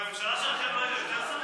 בממשלה שלכם לא היו יותר שרים?